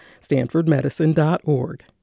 StanfordMedicine.org